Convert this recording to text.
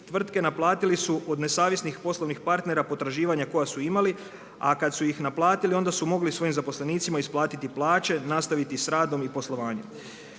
tvrtke naplatili su od nesavjesnih poslovnih partnera potraživanja koja su imali, a kad su ih naplatili onda su mogli svojim zaposlenicima isplatiti plaće, nastaviti sa radom i poslovanjem.